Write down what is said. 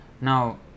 Now